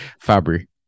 Fabry